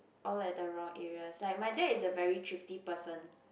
all at the wrong areas like my dad is a very thrifty person